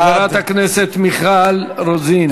חברת הכנסת מיכל רוזין.